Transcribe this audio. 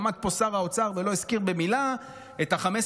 עמד פה שר האוצר ולא הזכיר במילה את 15